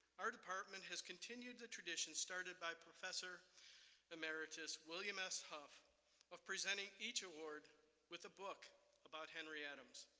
our department has continued the tradition started by professor emeritus william s. huff of presenting each award with a book about henry adams.